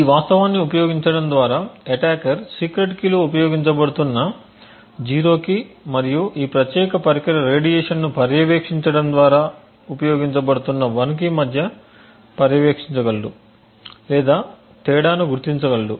ఈ వాస్తవాన్ని ఉపయోగించడం ద్వారా అటాకర్ సీక్రెట్ కీలో ఉపయోగించబడుతున్న 0 కి మరియు ఈ ప్రత్యేక పరికర రేడియేషన్ను పర్యవేక్షించడం ద్వారా ఉపయోగించబడుతున్న1 కి మధ్య పర్యవేక్షించగలడు లేదా తేడాను గుర్తించగలడు